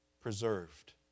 preserved